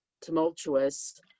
tumultuous